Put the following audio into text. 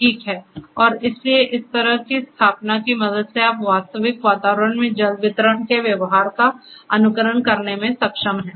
ठीक है और इसलिए इस तरह की स्थापना की मदद से आप वास्तविक वातावरण में जल वितरण के व्यवहार का अनुकरण करने में सक्षम हैं